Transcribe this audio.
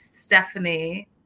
Stephanie